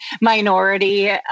minority